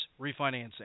refinancing